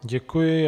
Děkuji.